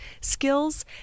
skills